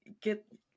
get